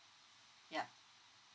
ya